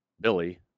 Billy